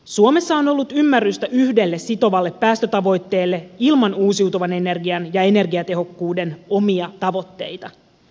suomessa on ollut ymmärrystä yhdelle sitovalle päästötavoitteelle ilman uusiutuvan energian ja energiatehokkuuden omia tavoitteita